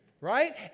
Right